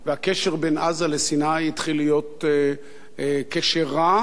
והקשר בין עזה לסיני התחיל להיות קשר רע,